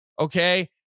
Okay